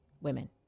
women